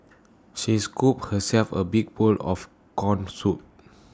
she is scooped herself A big bowl of Corn Soup